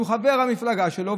שהוא חבר המפלגה שלו,